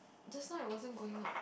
just now I wasn't going out